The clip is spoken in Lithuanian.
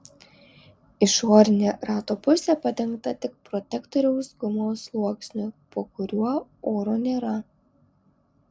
išorinė rato pusė padengta tik protektoriaus gumos sluoksniu po kuriuo oro nėra